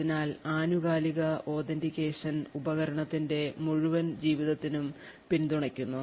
അതിനാൽ ആനുകാലിക authentication ഉപകരണത്തിന്റെ മുഴുവൻ ജീവിതത്തിനും പിന്തുണയ്ക്കുന്നു